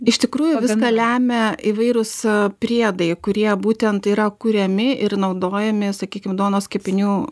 iš tikrųjų viską lemia įvairūs priedai kurie būtent yra kuriami ir naudojami sakykim duonos kepinių